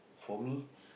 for me